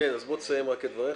אז תסיים את דבריך.